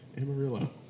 Amarillo